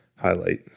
highlight